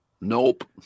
Nope